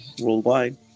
worldwide